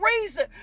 reason